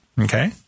okay